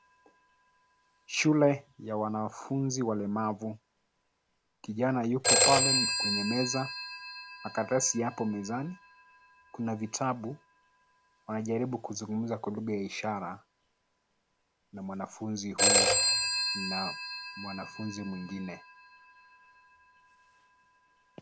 Shule ya wanafunzi walemavu. Kijana yupo pale kwenye meza na karatasi hapo mezani, kuna vitabu wanajaribu kuzungumza kwa lugha ya ishara na mwanafunzi huyu na mwanafunzi mwingine.